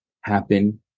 happen